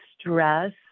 stress